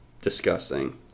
disgusting